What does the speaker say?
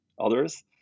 others